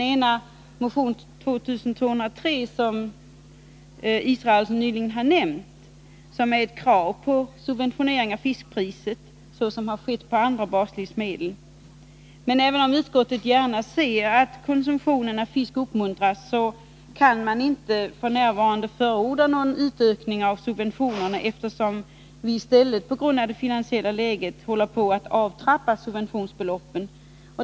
I motion 2203 krävs, som Per Israelsson nyligen nämnt, en subventionering av fiskpriset på samma sätt som skett på andra baslivsmedel. Även om utskottet gärna ser att konsumtionen av fisk uppmuntras, kan det f. n. inte förorda någon utökning av subventionerna, eftersom vi på grund av det statsfinansiella läget håller på att avtrappa subventionsbeloppen.